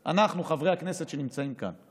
טבריה, אנחנו, חברי הכנסת שנמצאים כאן,